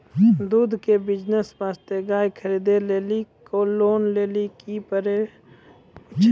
दूध के बिज़नेस वास्ते गाय खरीदे लेली लोन लेली की करे पड़ै छै?